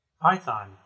Python